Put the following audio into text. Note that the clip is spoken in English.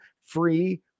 free